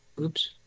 oops